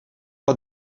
pas